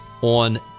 on